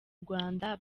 rwanda